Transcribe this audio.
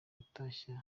watashye